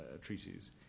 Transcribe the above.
treaties